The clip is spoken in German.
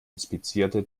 inspizierte